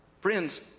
Friends